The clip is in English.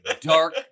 dark